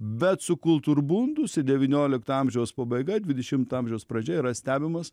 bet sukulturbundus devyniolikto amžiaus pabaiga dvidešimto amžiaus pradžia yra stebimas